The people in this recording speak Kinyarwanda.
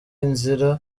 inzira